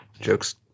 jokes